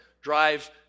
drive